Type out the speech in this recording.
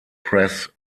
press